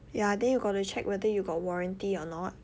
ya then you got to check whether you got warranty or not